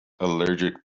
allergic